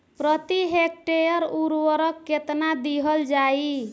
प्रति हेक्टेयर उर्वरक केतना दिहल जाई?